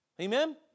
Amen